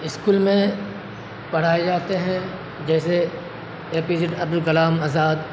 school میں پڑھائے جاتے ہیں جیسے A P J Abdul Kalam Azad